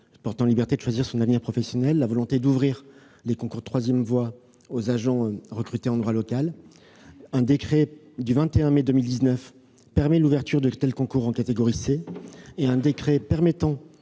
pour la liberté de choisir son avenir professionnel, ma volonté d'ouvrir les concours de troisième voie aux agents recrutés en droit local. Un décret du 21 mai 2019 permet cette ouverture pour la catégorie C, et un décret relatif